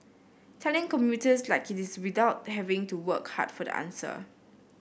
telling commuters like it is without having to work hard for the answer